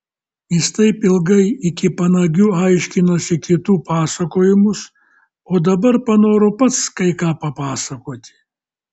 jis taip ilgai iki panagių aiškinosi kitų pasakojimus o dabar panoro pats kai ką papasakoti